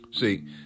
See